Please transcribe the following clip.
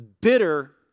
bitter